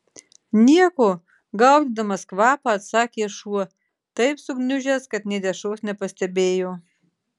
nieko gaudydamas kvapą atsakė šuo taip sugniužęs kad nė dešros nepastebėjo